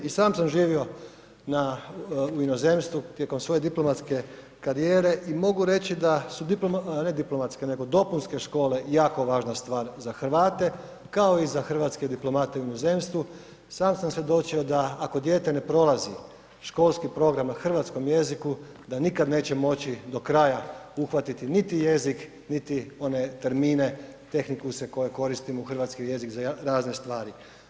I sam sam živio na, u inozemstvu tijekom svoje diplomatske karijere i mogu reći da su diplomatske, ne diplomatske, nego dopunske škole jako važna stvar za Hrvate, kao i za hrvatske diplomate u inozemstvu, sam sam svjedočio da ako dijete ne prolazi školski program na hrvatskom jeziku da nikad neće moći do kraja uhvatiti niti jezik, niti one termine tehnikuse koje koristimo u hrvatski jezik za razne stvari.